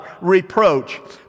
reproach